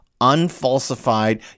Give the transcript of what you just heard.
unfalsified